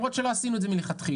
למרות שלא עשינו את זה מלכתחילה.